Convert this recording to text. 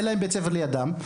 אין בית ספר אחר לידם,